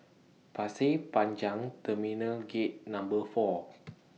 Pasir Panjang Terminal Gate Number four